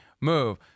move